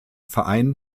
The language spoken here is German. verein